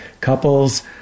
couples